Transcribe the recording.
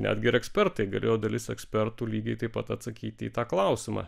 netgi ir ekspertai galėjo dalis ekspertų lygiai taip pat atsakyti į tą klausimą